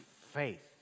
faith